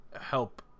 help